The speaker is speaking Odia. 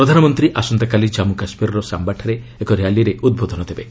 ପ୍ରଧାନମନ୍ତ୍ରୀ ଆସନ୍ତାକାଲି କାମ୍ମୁ କାଶ୍ମୀରର ସାମ୍ଘାଠାରେ ଏକ ର୍ୟାଲିରେ ଉଦ୍ବୋଧନ ଦେବେ